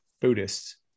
Buddhists